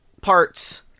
parts